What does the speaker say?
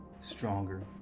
stronger